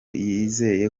yizeye